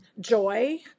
Joy